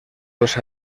dos